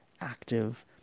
active